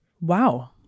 Wow